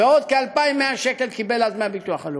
ועוד כ-2,100 שקל קיבל אז מהביטוח הלאומי,